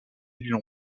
lignes